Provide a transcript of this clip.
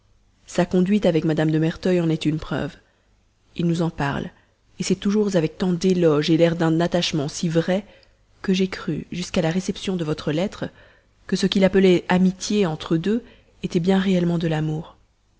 sa conduite avec madame de merteuil en est une preuve il nous en parle beaucoup et c'est toujours avec tant d'éloges et l'air d'un attachement si vrai que j'ai cru jusqu'à la réception de votre lettre que ce qu'il appelait amitié entre eux deux était bien réellement de l'amour